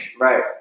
Right